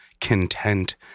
content